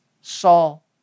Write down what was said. Saul